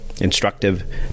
instructive